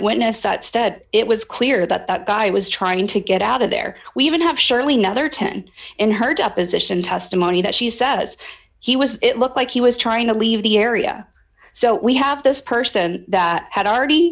witness that said it was clear that the guy was trying to get out of there we even have surely nother ten in her deposition testimony that she says he was it looked like he was trying to leave the area so we have this person that had already